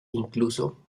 incluso